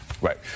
Right